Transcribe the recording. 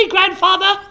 Grandfather